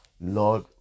Lord